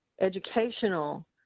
educational